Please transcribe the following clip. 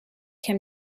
can